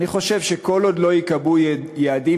אני חושב שכל עוד לא ייקבעו יעדים